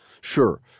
Sure